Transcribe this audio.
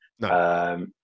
No